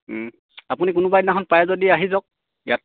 আপুনি কোনোবা এদিনাখন পায় যদি আহি যওক ইয়াত